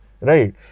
Right